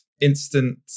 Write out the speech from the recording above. instant